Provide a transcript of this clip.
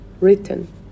written